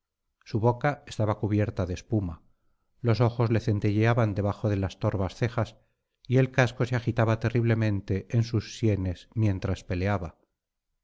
su boca estaba cubierta de espuma los ojos le centelleaban debajo de las torvas cejas y el casco se agitaba terriblemente en sus sienes mientras peleaba